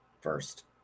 first